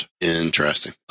Interesting